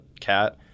Cat